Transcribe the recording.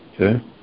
Okay